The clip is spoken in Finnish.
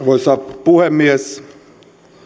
arvoisa puhemies